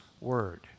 word